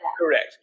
Correct